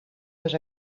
dos